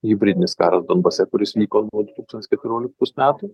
hibridinis karas donbase kuris vyko nuo du tūkstantis keturiolikos metų